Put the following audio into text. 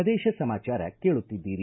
ಪ್ರದೇಶ ಸಮಾಚಾರ ಕೇಳುತ್ತಿದ್ದೀರಿ